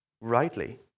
rightly